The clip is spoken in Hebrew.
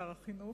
שר החינוך,